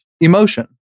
emotion